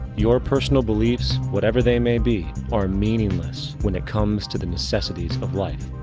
your personal beliefs, whatever they may be, are meaningless when it comes to the necessities of life.